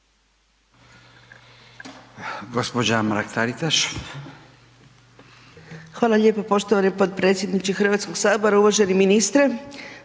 Hvala